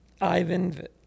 Ivan